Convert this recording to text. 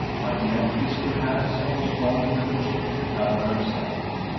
but he had kissed her hands and was gone before she could recover herself.